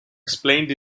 explained